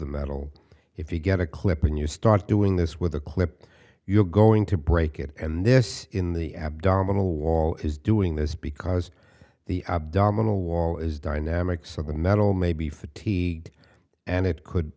the metal if you get a clip and you start doing this with the clip you're going to break it and this in the abdominal wall is doing this because the abdominal wall is dynamic so the metal may be for tea and it could